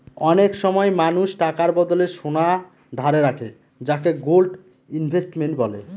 অনেক সময় মানুষ টাকার বদলে সোনা ধারে রাখে যাকে গোল্ড ইনভেস্টমেন্ট বলে